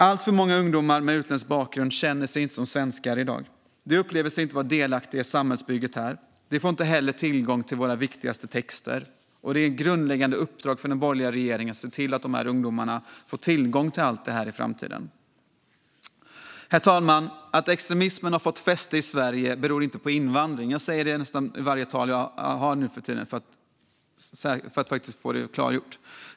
Alltför många ungdomar med utländsk bakgrund känner sig inte som svenskar i dag. De upplever sig inte vara delaktiga i samhällsbygget här. De får inte heller tillgång till våra viktigaste texter. Ett grundläggande uppdrag för den borgerliga regeringen är att se till att dessa ungdomar får tillgång till allt detta i framtiden. Herr talman! Att extremismen har fått fäste i Sverige beror inte på invandring; jag säger detta nästan varje gång jag talar nu för tiden för att få det klargjort.